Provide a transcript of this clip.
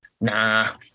nah